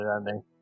ending